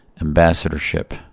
ambassadorship